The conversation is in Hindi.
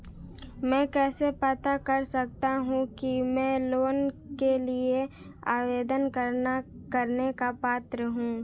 मैं कैसे पता कर सकता हूँ कि मैं लोन के लिए आवेदन करने का पात्र हूँ?